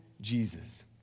Jesus